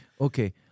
Okay